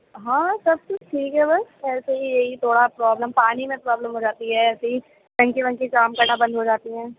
ہاں سب کچھ ٹھیک ہے بس ویسے ہی یہی تھوڑا پروبلم پانی میں پروبلم ہو جاتی ہے ایسے ہی ٹنکی ونکی کام کرنا بند ہو جاتی ہے